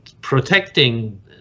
protecting